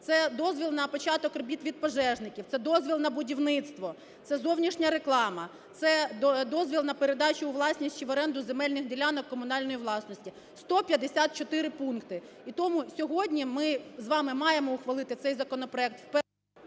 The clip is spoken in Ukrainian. це дозвіл на початок робіт від пожежників, це дозвіл на будівництво, це зовнішня реклама, це дозвіл на передачу у власність чи в оренду земельних ділянок комунальної власності. 154 пункти. І тому сьогодні ми з вами маємо ухвалити цей законопроект в першому…